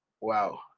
wow